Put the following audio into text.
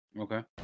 Okay